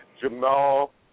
Jamal